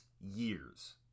years